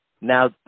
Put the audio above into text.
now